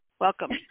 Welcome